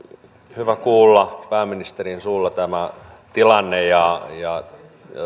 hyvä kuulla pääministerin suulla tämä tilanne ja ja